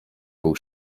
był